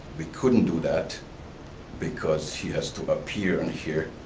we couldn't do that because he has to appear in here,